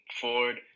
Ford